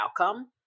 outcome